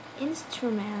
instrument